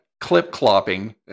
Clip-clopping